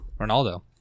Ronaldo